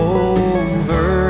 over